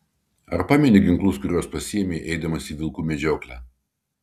ar pameni ginklus kuriuos pasiėmei eidamas į vilkų medžioklę